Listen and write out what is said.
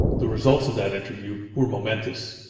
the results of that interview were momentous.